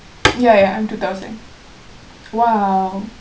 ya ya I'm two thousand !wow!